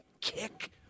kick